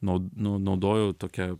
nau nu naudojau tokią